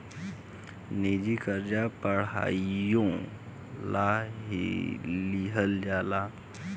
निजी कर्जा पढ़ाईयो ला लिहल जाला